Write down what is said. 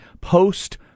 post